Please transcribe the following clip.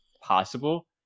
possible